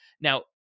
Now